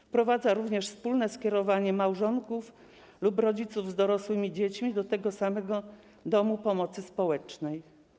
Wprowadza również wspólne skierowanie małżonków lub rodziców z dorosłymi dziećmi do tego samego domu pomocy społecznej.